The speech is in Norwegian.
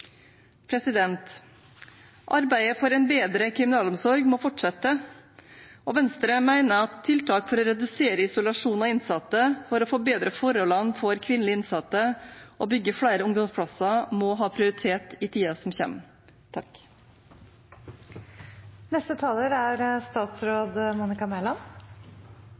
Arbeidet for en bedre kriminalomsorg må fortsette, og Venstre mener at tiltak for å redusere isolasjon av innsatte, forbedre forholdene for kvinnelige innsatte og bygge flere ungdomsplasser må ha prioritet i tiden som kommer. Det har i flere år vært arbeidet med omorganisering av kriminalomsorgen, og det er